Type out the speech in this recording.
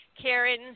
Karen